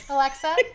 Alexa